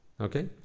Okay